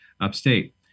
upstate